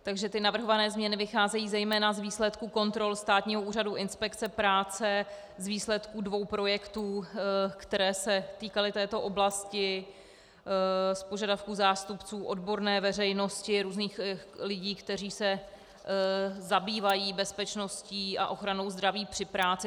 Takže navrhované změny vycházejí zejména z výsledků kontrol Státního úřadu inspekce práce, z výsledků dvou projektů, které se týkaly této oblasti, z požadavků zástupců odborné veřejnosti, různých lidí, kteří se zabývají bezpečností a ochranou zdraví při práci.